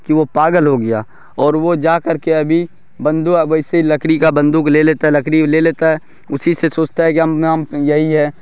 کہ وہ پاگل ہو گیا اور وہ جا کر کے ابھی بندو ویسے لکڑی کا بندوق لے لیتا ہے لکڑی لے لیتا ہے اسی سے سوچتا ہے کہ ہم یہی ہے